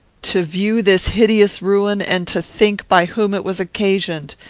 to view this hideous ruin, and to think by whom it was occasioned!